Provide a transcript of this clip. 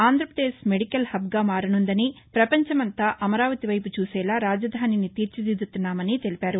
Andhra Pradesh medical హబ్గా మారనుందని పపంచమంతా అమరావతివైపు చూసేలా రాజధానిని తీర్చిదిద్దుతున్నామని తెలిపారు